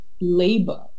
labor